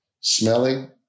smelling